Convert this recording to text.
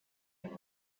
and